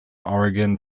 oregon